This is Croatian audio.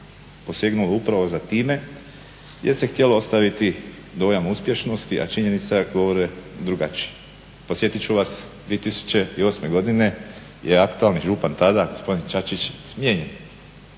posegnulo upravo za time jer se htjelo ostaviti dojam uspješnosti, a činjenice govore drugačije. Podsjetit ću vas 2008. godine je aktualni župan tada gospodin Čačić, smijenjen.